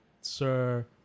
Sir